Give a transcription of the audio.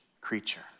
creature